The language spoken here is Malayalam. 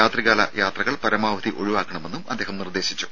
രാത്രികാല യാത്രകൾ പരമാവധി ഒഴിവാക്കണമെന്നും അദ്ദേഹം നിർദേശിച്ചു